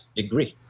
degree